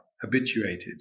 habituated